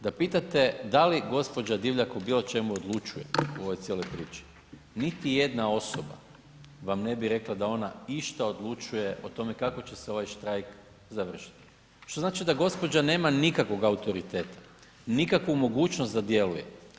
Da pitate da li gđa. Divjak o biločemu odlučuje u ovoj cijeloj priči, niti jedna osoba vam ne bi rekla da ona išta odlučuje kako će se ovaj štrajk završiti što znači da gospođa nema nikakvog autoriteta, nikakvu mogućnost da djeluje.